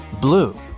blue